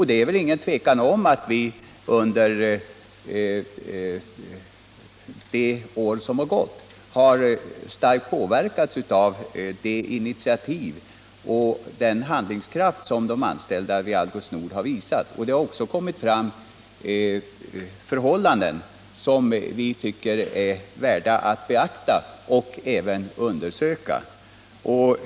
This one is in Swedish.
Det är inget tvivel om att vi under det år som gått har påverkats starkt av de initiativ som de anställda vid Algots Nord har tagit och den handlingskraft de har visat. Det har också kommit fram förhållanden som vi tycker är värda att beakta och även undersöka.